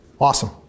Awesome